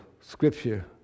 scripture